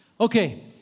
Okay